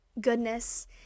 goodness